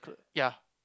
ya